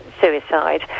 suicide